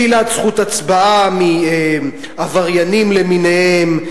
שלילת זכות ההצבעה מעבריינים למיניהם,